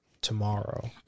tomorrow